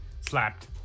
Slapped